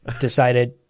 decided